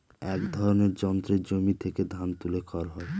এক ধরনের যন্ত্রে জমি থেকে ধান তুলে খড় হয়